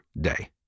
day